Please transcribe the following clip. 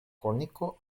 korniko